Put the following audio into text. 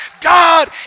God